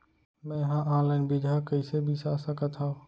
मे हा अनलाइन बीजहा कईसे बीसा सकत हाव